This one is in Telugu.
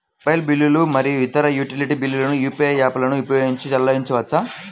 మొబైల్ బిల్లులు మరియు ఇతర యుటిలిటీ బిల్లులను యూ.పీ.ఐ యాప్లను ఉపయోగించి చెల్లించవచ్చు